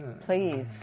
Please